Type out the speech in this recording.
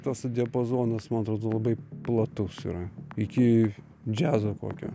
tos diapazonas man atrodo labai platus yra iki džiazo kokio